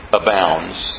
abounds